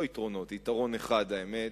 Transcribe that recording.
לא יתרונות, אלא יתרון אחד, האמת.